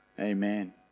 Amen